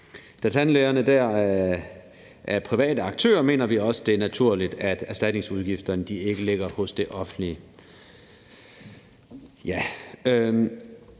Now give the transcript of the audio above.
Da tandlæger er private aktører, mener vi, at det også er naturligt, at erstatningsudgifterne ikke ligger hos det offentlige,